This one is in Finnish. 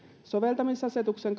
soveltamisasetuksen